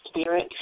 spirit